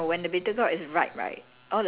it's red colour so when the bitter gourd